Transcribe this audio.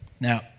Now